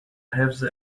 حفظ